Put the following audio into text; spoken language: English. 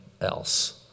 else